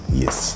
yes